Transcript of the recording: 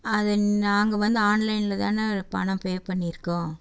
அது நாங்கள் வந்து ஆன்லைனில் தானே பணம் பே பண்ணியிருக்கோம்